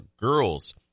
girls